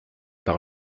par